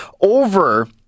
over